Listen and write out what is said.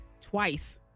twice